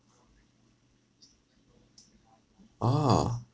ah